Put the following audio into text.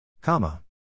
Comma